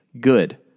good